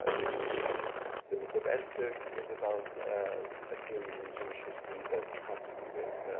ah repeatedly the book of esther is about a period in jewish history that has to do with